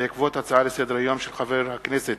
הצעתו של חבר הכנסת